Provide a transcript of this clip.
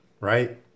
Right